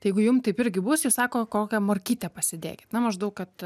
jeigu jum taip irgi bus ji sako kokią morkytę pasidėkit na maždaug kad